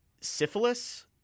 syphilis